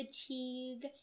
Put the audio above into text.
fatigue